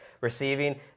receiving